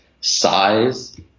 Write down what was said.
size